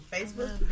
Facebook